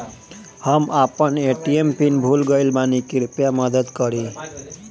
हम अपन ATM PIN भूल गएल बानी, कृपया मदद करीं